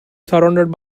surrounded